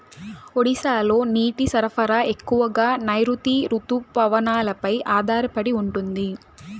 ఒడిశాలో నీటి సరఫరా ఎక్కువగా నైరుతి రుతుపవనాలపై ఆధారపడి ఉంటుంది